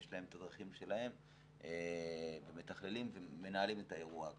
יש את להם דברים שלהם ומתכללים ומנהלים את האירוע הזה,